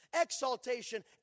exaltation